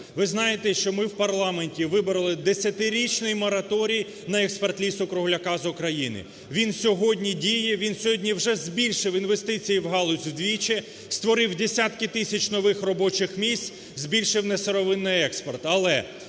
Ви знаєте, що ми в парламенті вибороли 10-річний мораторій на експорт лісу-кругляка з України. Він сьогодні діє. Він сьогодні вже збільшив інвестиції в галузі вдвічі, створив десятки тисяч нових робочих місць, збільшив несировинний експорт.